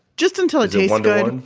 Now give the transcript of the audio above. just until it tastes good. and